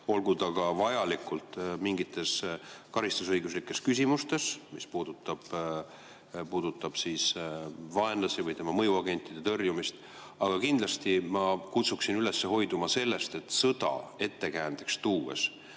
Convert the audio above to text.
olgu ka mingites karistusõiguslikes küsimustes, mis puudutavad vaenlaste või nende mõjuagentide tõrjumist. Aga kindlasti kutsuksin ma hoiduma sellest, et sõda ettekäändeks tuues